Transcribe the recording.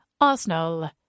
Arsenal